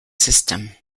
system